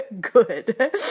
good